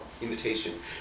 invitation